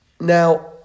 Now